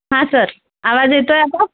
हा सर आवाज येतो आहे आता